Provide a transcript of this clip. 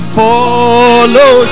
follow